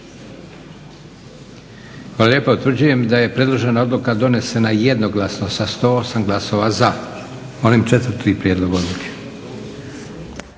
Hvala lijepa. Utvrđujem da je predložena odluka donesena jednoglasno sa 108 glasova za. Molim četvrti prijedlog odluke.